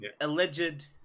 alleged